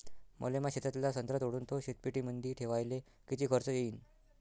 मले माया शेतातला संत्रा तोडून तो शीतपेटीमंदी ठेवायले किती खर्च येईन?